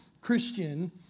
Christian